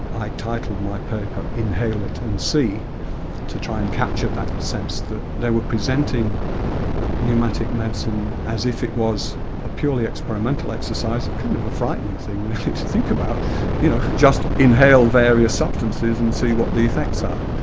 i titled my paper, inhale it and see to try and capture that sense that they were presenting pneumatic medicine as if it was a purely experimental exercise, a kind of a frightening thing really, to think about you know just inhale various substances and see what the effects are.